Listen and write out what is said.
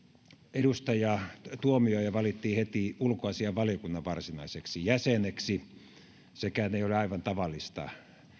edustaja tuomioja valittiin heti ulkoasiainvaliokunnan varsinaiseksi jäseneksi sekään ei ole aivan tavallista